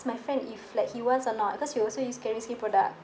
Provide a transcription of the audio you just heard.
my friend if like he wants or not because he also use caring skin product